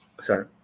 Sorry